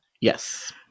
Yes